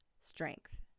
strength